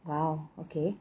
!wow! okay